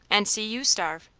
and see you starve.